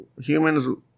humans